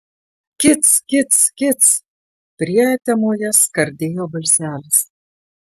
kic kic kic prietemoje skardėjo balselis